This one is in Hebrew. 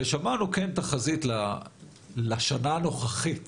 ושמענו כן תחזית לשנה הנוכחית